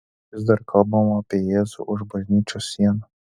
vis dar kalbama apie jėzų už bažnyčios sienų